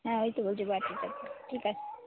হ্যাঁ ওই তো রয়েছে বাটিটা ঠিক আছে